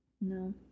No